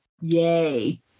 Yay